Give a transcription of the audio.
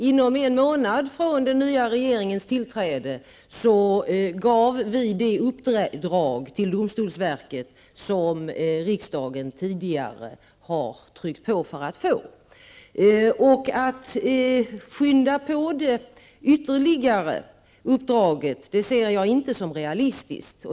Inom en månad efter det att den nya regeringen tillträdde, gav vi det uppdrag till domstolsverket som riksdagen tidigare har tryckt på. Jag ser det inte som realistiskt att ytterligare skynda på detta uppdrag.